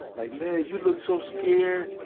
like, man, you looked so scared.